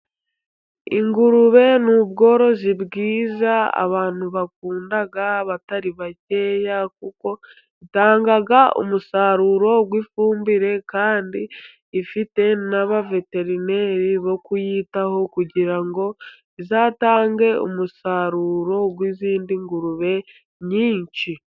Ingurube n'bworozi bwiza abantu bakunda batari bake, kuko itangaga umusaruro w'ifumbire ,kandi ifite na ba veterineri bo kuyitaho ,kugira ngo izatange umusaruro w'izindi ngurube nyinshi.